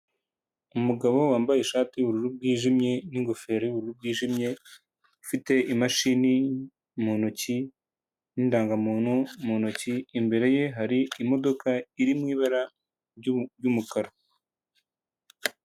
Umugabo wambaye ishati y'ubururu bwijimye n'ingofero y'ubururu bwijimye, ufite imashini mu ntoki n'indangamuntu mu ntoki, imbere ye hari imodoka iri mu ibara ry'umukara.